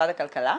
משרד הכלכלה?